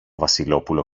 βασιλόπουλο